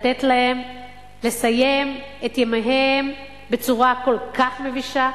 לסיים את ימיהם בצורה כל כך מבישה,